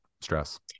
stress